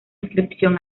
inscripción